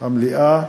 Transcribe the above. המליאה